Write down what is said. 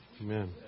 Amen